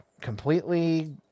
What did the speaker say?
completely